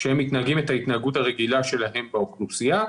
כשהם מתנהגים את ההתנהגות הרגילה שלהם באוכלוסייה.